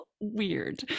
weird